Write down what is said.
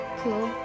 cool